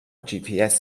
gps